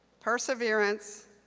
perseverance,